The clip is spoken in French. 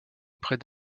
auprès